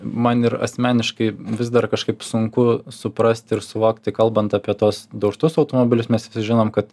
man ir asmeniškai vis dar kažkaip sunku suprasti ir suvokti kalbant apie tuos daužtus automobilius mes visi žinom kad